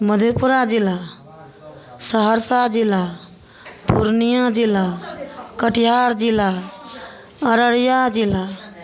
मधेपुरा जिला सहरसा जिला पूर्णियाॅं जिला कटिहार जिला अररिया जिला